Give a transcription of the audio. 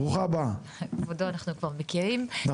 כבודו אנחנו כבר מכירים,